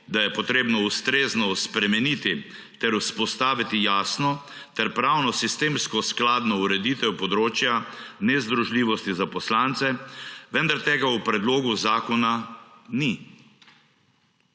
da je treba ustrezno spremeniti ter vzpostaviti jasno ter pravnosistemsko skladno ureditev področja nezdružljivosti za poslance, vendar tega v predlogu zakona ni.